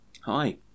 Hi